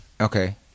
Okay